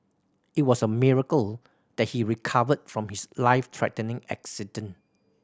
it was a miracle that he recovered from his life threatening accident